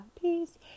Peace